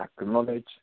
acknowledge